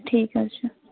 ٹھیٖک حظ چھُ